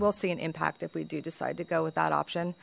ill see an impact if we do decide to go with that option